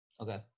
Okay